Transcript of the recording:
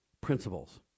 principles